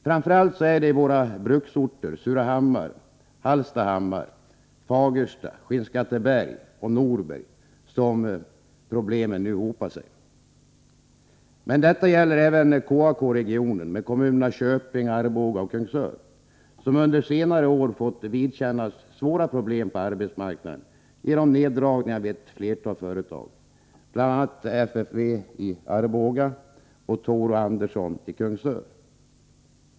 Framför allt är det i våra bruksorter — Surahammar, Hallstahammar, Fagersta, Skinnskatteberg och Norberg — som problemen nu hopar sig. Men detta gäller även KAK-regionen —- med kommunerna Köping, Arboga och Kungsör — som under senare år fått vidkännas svåra problem på arbetsmarknaden genom neddragningar vid ett flertal företag, bl.a. FFV i Arboga och Tour & Andersson i Kungsör.